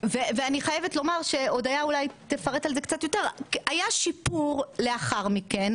ואני חייבת לומר שהיה שיפור לאחר מכן,